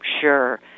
sure